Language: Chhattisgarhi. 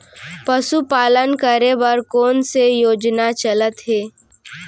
पशुपालन करे बर कोन से योजना चलत हे?